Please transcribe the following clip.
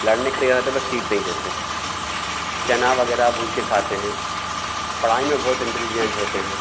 लड़ने के तैयार रहते बस सीट नहीं देते चना वगैरह भूँज के खाते हैं पढ़ाई में बहुत इंटेलिजेंट होते हैं